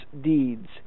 deeds